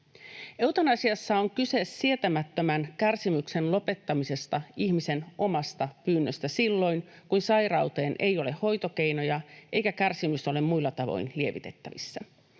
Eutanasiassa on kyse sietämättömän kärsimyksen lopettamisesta ihmisen omasta pyynnöstä silloin, kun sairauteen ei ole hoitokeinoja eikä kärsimystä ole muilla tavoin lievitettävissä.